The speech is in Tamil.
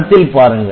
படத்தில் பாருங்கள்